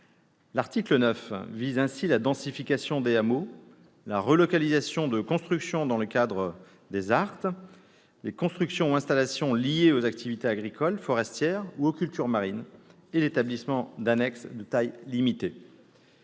L'article 9 vise ainsi la densification des hameaux, la relocalisation de constructions dans le cadre d'une ZART, les constructions ou installations liées aux activités agricoles, forestières ou aux cultures marines, et l'établissement d'annexes de taille limitée.